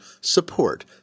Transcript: support